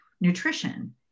nutrition